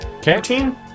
14